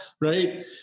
Right